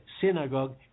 synagogue